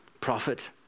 prophet